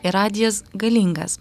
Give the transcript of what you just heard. ir radijas galingas